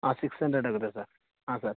ಹಾಂ six hundred ಆಗುತ್ತೆ sir ಹಾಂ ಸರ್